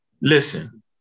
Listen